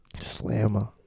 Slammer